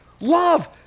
love